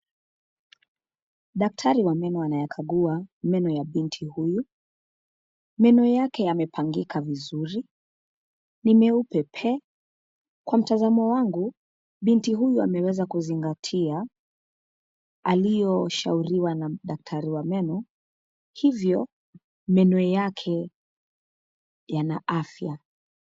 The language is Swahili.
Daktari wa meno anayakagua meno ya binti huyu, meno yake yamepangika vizuri, ni meupe pe! kwa mtazamo wangu binti huyu ameweza kuzingatia aliyo shauriwa na daktari wa meno, hivyo meno yake yana afya.